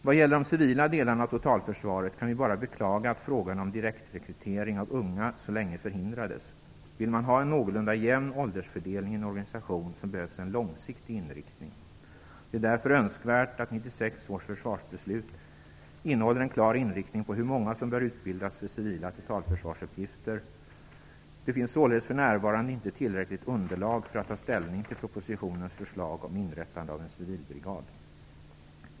Vad gäller de civila delarna av totalförsvaret kan vi bara beklaga att frågan om direktrekrytering av unga så länge förhindrades. Vill man ha en någorlunda jämn åldersfördelning i en organisation behövs en långsiktig inriktning. Det är därför önskvärt att 1996 års försvarsbeslut innehåller en klar inriktning vad gäller hur många som bör utbildas för civila totalförsvarsuppgifter. Det finns således för närvarande inte tillräckligt underlag för att ta ställning till propositionens förslag om inrättande av en civilbrigad.